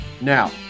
Now